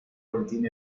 boletín